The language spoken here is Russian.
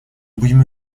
будем